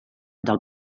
del